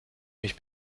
mich